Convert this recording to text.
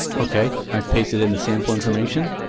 okay, i've pasted in the sample information.